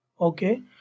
Okay